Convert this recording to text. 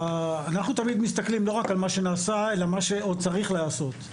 אנחנו תמיד מסתכלים לא רק על מה שנעשה אלא מה שעוד צריך להיעשות.